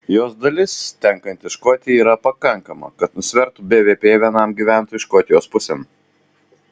jos dalis tenkanti škotijai yra pakankama kad nusvertų bvp vienam gyventojui škotijos pusėn